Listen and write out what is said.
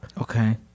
Okay